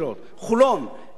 1,114 דירות,